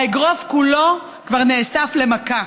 האגרוף כולו כבר נאסף למכה.